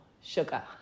sugar